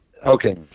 Okay